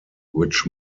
which